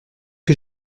que